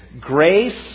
Grace